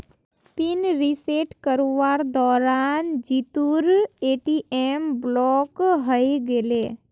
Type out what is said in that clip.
pin reset करवार दौरान जीतूर ए.टी.एम ब्लॉक हइ गेले